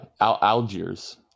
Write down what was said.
Algiers